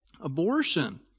abortion